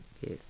Yes